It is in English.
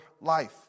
life